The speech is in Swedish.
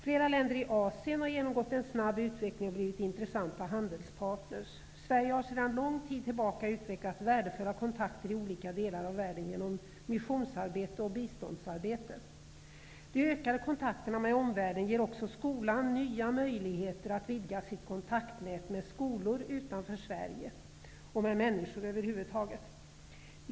Flera länder i Asien har genomgått en snabb utveckling och blivit intressanta handelspartner. Sverige har sedan lång tid tillbaka utvecklat värdefulla kontakter i olika delar av världen med hjälp av missions och biståndsarbete. De ökade kontakterna med omvärlden ger också skolan nya möjligheter att vidga sitt kontaktnät med skolor utanför Sverige och över huvud taget med människor.